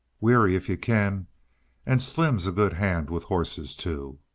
weary, if you can and slim's a good hand with horses, too.